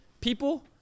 people